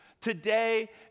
Today